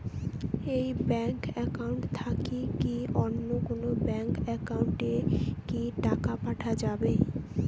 এই bank account থাকি কি অন্য কোনো ব্যাংক একাউন্ট এ কি টাকা পাঠা যাবে?